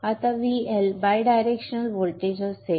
आता VL by directional voltage असेल